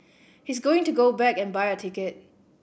he's going to go back and buy a ticket